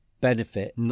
benefit